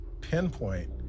pinpoint